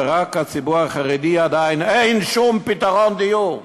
ורק לציבור החרדי עדיין אין שום פתרון דיור.